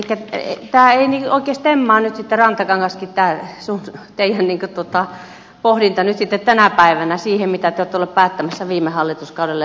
elikkä ei oikein stemmaa rantakangas tää teiän pohdinta nyt tänä päevänä siihen mitä te ootte ollu päättämässä viime hallituskaudella ja sitä edellisellä